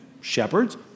Shepherds